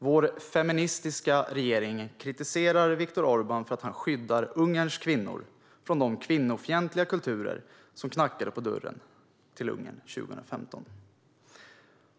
Vår feministiska regering kritiserar Viktor Orbán för att han skyddar Ungerns kvinnor från de kvinnofientliga kulturer som knackade på dörren till Ungern 2015.